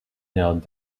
knelt